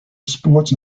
sports